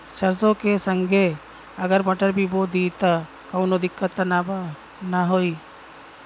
सरसो के संगे अगर मटर भी बो दी त कवनो दिक्कत त ना होय?